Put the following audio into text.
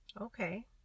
Okay